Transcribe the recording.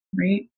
right